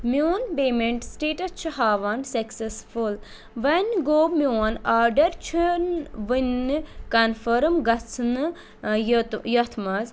میٛون payment status چھُ ہاوان سَکسیٚسفُل وۄنۍ گۆو میٛون آرڈر چھُنہٕ وُنہِ کَنفٔرٕم گژھنہٕ ٲں یتھ منٛز